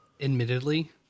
Admittedly